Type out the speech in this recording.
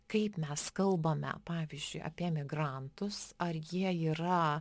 kaip mes kalbame pavyzdžiui apie emigrantus ar jie yra